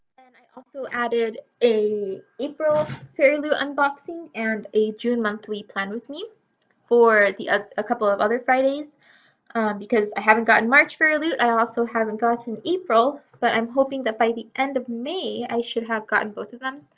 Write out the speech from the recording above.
and i also added a april fairy loot unboxing and a june monthly plan with me for the a couple of other fridays because i haven't gotten march fairy loot, i also haven't gotten april but i'm hoping that by the end of may i should have gotten both of them.